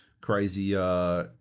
crazy